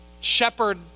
shepherd